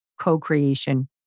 co-creation